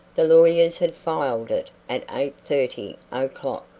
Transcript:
the lawyers had filed it at eight thirty o'clock.